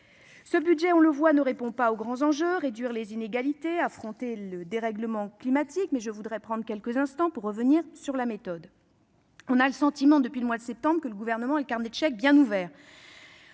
de budget, on le voit, ne répond pas aux grands enjeux : réduire les inégalités, affronter le dérèglement climatique. Mais je voudrais prendre quelques instants pour évoquer la méthode employée. On a le sentiment, depuis le mois de septembre, que le Gouvernement a le carnet de chèques bien ouvert.